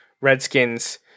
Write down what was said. Redskins –